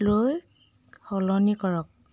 লৈ সলনি কৰক